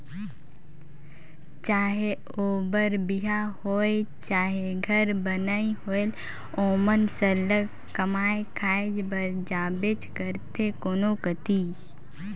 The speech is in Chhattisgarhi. चहे ओ बर बिहा होए चहे घर बनई होए ओमन सरलग कमाए खाए बर जाबेच करथे कोनो कती